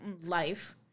life